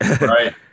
right